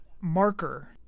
marker